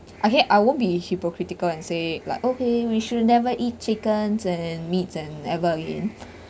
okay I won't be hypocritical and say like okay we should never eat chickens and meat and ever again